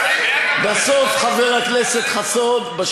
חבר הכנסת חסון,